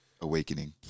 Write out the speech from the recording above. awakening